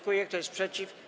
Kto jest przeciw?